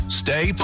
stay